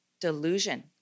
Delusion